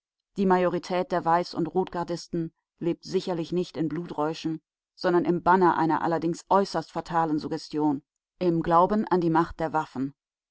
die majorität der weiß und rotgardisten lebt sicherlich nicht in bluträuschen sondern im banne einer allerdings äußerst fatalen suggestion im glauben an die macht der waffen